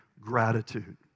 gratitude